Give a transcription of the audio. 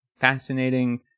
Fascinating